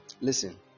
Listen